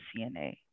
CNA